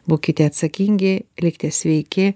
būkite atsakingi likti sveiki